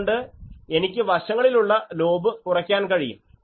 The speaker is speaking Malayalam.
അതുകൊണ്ട് എനിക്ക് വശങ്ങളിലുള്ള ലോബ് കുറയ്ക്കാൻ കഴിയും